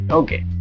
okay